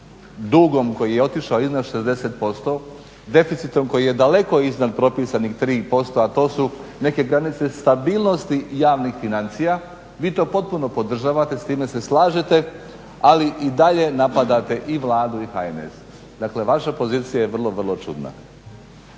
dugom koji je otišao iznad 60%, deficitom koji je daleko iznad propisanih 3% a to su neke granice stabilnosti javnih financija, vi to potpuno podržavate, s time se slažete ali i dalje napadate i Vladu i HNS. Dakle vaša pozicija je vrlo, vrlo čudna.